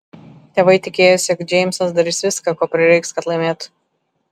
tėvai tikėjosi jog džeimsas darys viską ko prireiks kad laimėtų